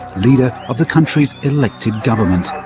leader of the country's elected government.